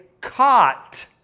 caught